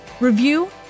review